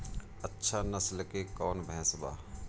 अच्छा नस्ल के कौन भैंस बा?